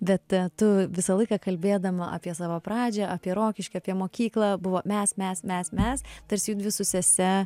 bet tu visą laiką kalbėdama apie savo pradžią apie rokiškį apie mokyklą buvo mes mes mes mes tarsi judvi su sese